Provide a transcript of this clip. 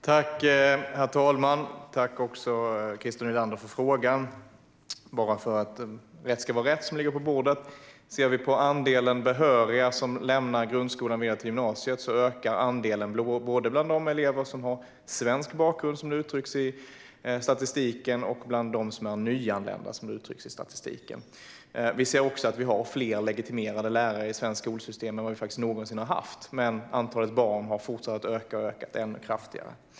Herr talman! Tack, Christer Nylander, för frågan! För att rätt ska vara rätt vill jag säga att andelen behöriga som lämnar grundskolan för gymnasiet ökar, både bland de elever som har svensk bakgrund som det uttrycks i statistiken och bland dem som är nyanlända som det uttrycks i statistiken. Det finns också fler legitimerade lärare i det svenska skolsystemet än vad vi någonsin har haft. Men antalet barn har fortsatt att öka och ökar ännu kraftigare.